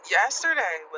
yesterday